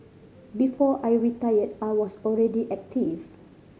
before I retired I was already active